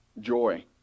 joy